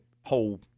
whole